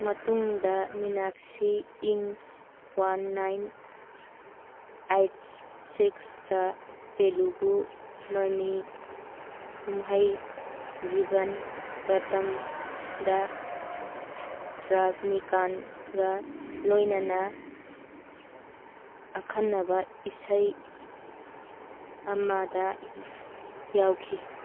ꯃꯇꯨꯡꯗ ꯃꯤꯅꯥꯛꯁꯤ ꯏꯪ one nine eight ꯁꯤꯛꯁꯇ ꯇꯦꯂꯨꯒꯨ ꯃꯃꯤ ꯀꯨꯝꯍꯩ ꯖꯤꯕꯟ ꯄ꯭ꯔꯇꯝꯗ ꯔꯥꯖꯅꯤꯀꯥꯟꯒ ꯂꯣꯏꯅꯅ ꯑꯈꯟꯅꯕ ꯏꯁꯩ ꯑꯃꯗ ꯌꯥꯎꯈꯤ